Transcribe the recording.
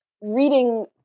reading